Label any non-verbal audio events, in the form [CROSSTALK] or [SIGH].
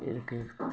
[UNINTELLIGIBLE]